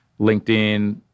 LinkedIn